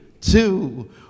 two